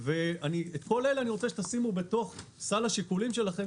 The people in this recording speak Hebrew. את כל אלה אני רוצה שתשימו בתוך סל השיקולים שלכם.